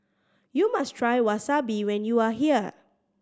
you must try Wasabi when you are here